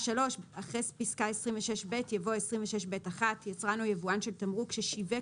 " (3)אחרי פסקה (26ב) יבוא: "(26ב1) יצרן או יבואן של תמרוק ששיווק